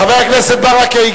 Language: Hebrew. חבר הכנסת ברכה,